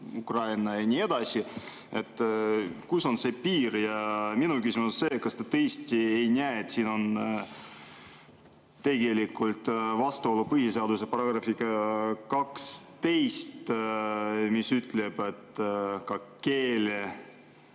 ukraina ja nii edasi. Kus on see piir? Ja minu küsimus on see: kas te tõesti ei näe, et siin on tegelikult vastuolu põhiseaduse §-ga 12, mis ütleb, et ka keele